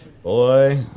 Boy